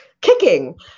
kicking